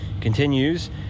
continues